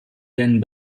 den